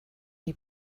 die